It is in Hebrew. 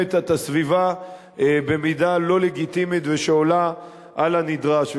מזהמת את הסביבה במידה לא לגיטימית ושעולה על הנדרש.